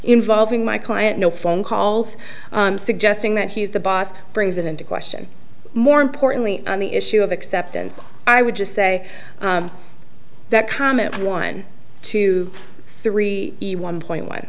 involving my client no phone calls suggesting that he's the boss brings it into question more importantly the issue of acceptance i would just say that comment on one two three one point one